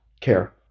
care